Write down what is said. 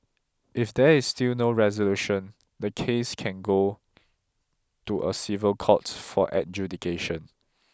if there is still no resolution the case can go to a civil court for adjudication